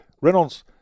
Reynolds